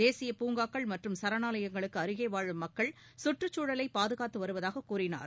தேசிய பூங்காக்கள் மற்றும் சரணாலயங்களுக்கு அருகே வாழும் மக்கள் கற்றுச்சூழலைப் பாதுகாத்து வருவதாக கூறினார்